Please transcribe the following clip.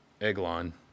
Eglon